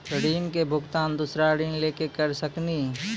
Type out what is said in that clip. ऋण के भुगतान दूसरा ऋण लेके करऽ सकनी?